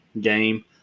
game